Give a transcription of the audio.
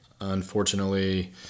Unfortunately